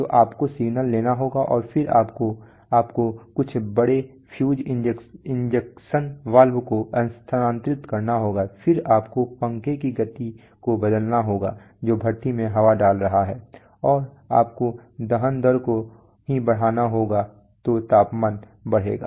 तो आपको सिग्नल लेना होगा और फिर आपको आपको कुछ बड़े फ्यूल इंजेक्शन वाल्व को स्थानांतरित करना होगा फिर आपको पंखे की गति को बदलना होगा जो भट्ठी में हवा डाल रहा है और आपको दहन दर को ही बढ़ाना होगा तो तापमान बढ़ेगा